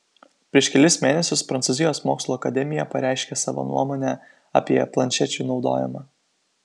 prieš kelis mėnesius prancūzijos mokslų akademija pareiškė savo nuomonę apie planšečių naudojimą